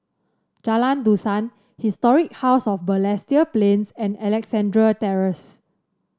Jalan Dusan Historic House of Balestier Plains and Alexandra Terrace